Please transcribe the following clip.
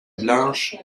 blanche